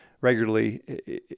regularly